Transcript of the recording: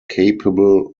capable